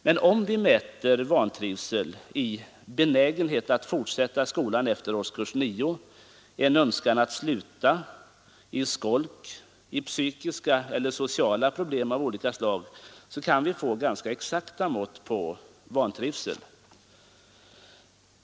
Men mäter vi vantrivsel i benägenhet att fortsätta skolan efter årskurs nio, en önskan att sluta, i skolk, psykiska eller sociala problem av olika slag kan vi få ganska exakta mått på vantrivseln.